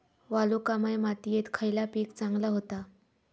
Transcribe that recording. वालुकामय मातयेत खयला पीक चांगला होता?